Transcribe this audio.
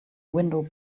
window